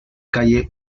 calle